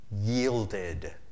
yielded